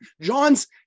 John's